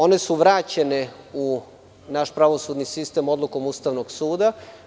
One su vraćene u naš pravosudni sistem odlukom Ustavnog suda.